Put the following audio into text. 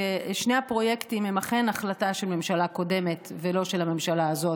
שני הפרויקטים הם אכן החלטה של ממשלה קודמת ולא של הממשלה הזאת.